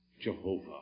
Jehovah